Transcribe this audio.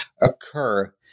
occur